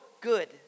good